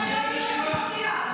זה כמו שאני אגיד שאני דתייה.